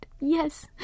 Yes